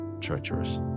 treacherous